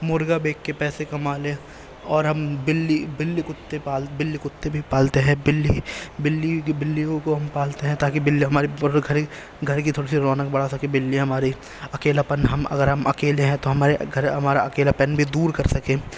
مرغا بیچ کے پیسے کما لیں اور ہم بلی بلی کتے پال بلی کتے بھی پالتے ہیں بلی بلی بلیوں کو ہم پالتے ہیں تاکہ بلی ہمارے گھر کی تھوڑی سی رونق بڑھا سکے بلی ہماری اکیلا پن ہم اگر ہم اگر اکیلے ہیں تو ہمارے گھر ہمارا اکیلا پن بھی دور کر سکے